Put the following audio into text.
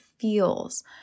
feels